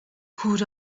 could